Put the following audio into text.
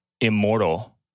immortal